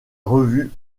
revue